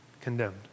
condemned